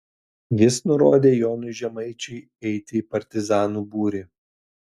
jis nurodė jonui žemaičiui eiti į partizanų būrį